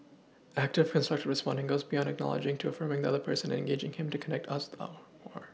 active constructive responding goes beyond acknowledging to affirming the other person and engaging him to connect us out more